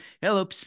hello